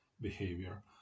behavior